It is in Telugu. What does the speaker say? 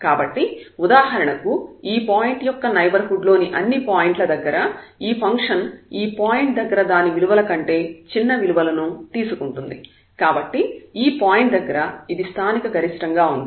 కాబట్టి ఉదాహరణకు ఈ పాయింట్ యొక్క నైబర్హుడ్ లోని అన్ని పాయింట్ల దగ్గర ఈ ఫంక్షన్ ఈ పాయింట్ దగ్గర దాని విలువ కంటే చిన్న విలువలను తీసుకుంటుంది కాబట్టి ఈ పాయింట్ దగ్గర ఇది స్థానికగరిష్టం గా ఉంది